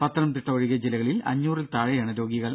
പത്തനംതിട്ട ഒഴികെ ജില്ലകളിൽ അഞ്ഞൂറിൽ താഴെയാണ് രോഗികൾ